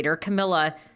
Camilla